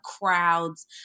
crowds